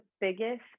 biggest